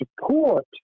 support